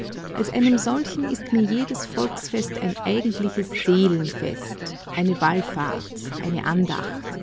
liegt als einem solchen ist mir jedes volksfest ein eigentliches seelenfest eine wallfahrt eine andacht